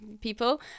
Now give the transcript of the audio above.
people